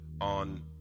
On